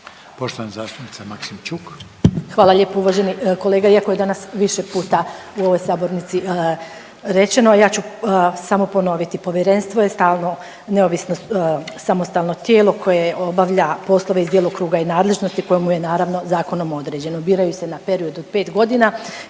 Ljubica (HDZ)** Hvala lijepa. Uvaženi kolega iako je danas više puta u ovoj sabornici rečeno, ja ću samo ponoviti. Povjerenstvo je stalno neovisno samostalno tijelo koje obavlja poslove iz djelokruga i nadležnosti koje mu je naravno zakonom određeno. Biraju se na period od 5 godina